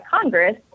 Congress